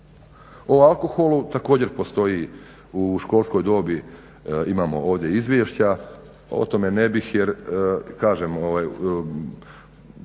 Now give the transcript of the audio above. O alkoholu također postoji u školskoj dobi imamo ovdje izvješća. O tome ne bih jer kažem gotovo